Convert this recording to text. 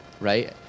right